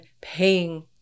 paying